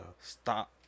Stop